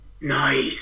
Nice